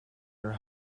her